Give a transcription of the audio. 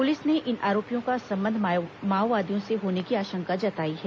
police ने इन आरोपियों का संबंध माओवादियों से होने की आशंका जताई है